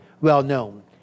well-known